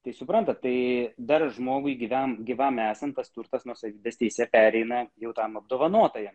tai supranta tai dar žmogui gyvam gyvam esant tas turtas nuosavybės teise pereina jaunam apdovanotajam